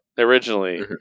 Originally